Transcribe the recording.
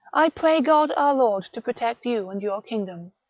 i pray god our lord to protect you and your kingdom.